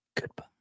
Goodbye